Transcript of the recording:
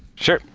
sure.